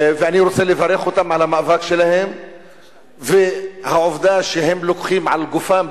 ואני רוצה לברך אותם על המאבק שלהם ועל העובדה שהם לוקחים על גופם,